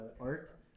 art